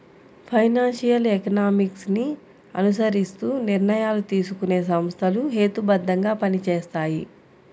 financial economics ని అనుసరిస్తూ నిర్ణయాలు తీసుకునే సంస్థలు హేతుబద్ధంగా పనిచేస్తాయి